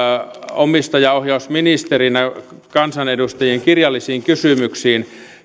omistajaohjausministerinä kansanedustajien kirjallisiin kysymyksiin